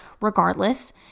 regardless